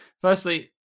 Firstly